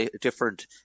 different